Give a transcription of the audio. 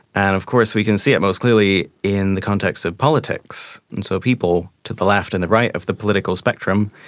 and of course we can see it most clearly in the context of politics. and so people to the left and the right of the political spectrum,